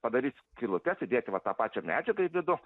padaryt skylutes įdėti va tą pačią medžiagą į vidų